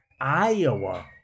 Iowa